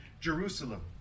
Jerusalem